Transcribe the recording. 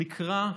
נקרא,